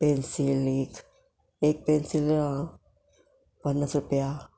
pencil एक pencil हांव पन्नास रुपया